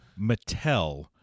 Mattel